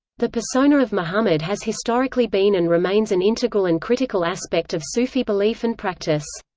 the persona of muhammad has historically been and remains an integral and critical aspect of sufi belief and practice.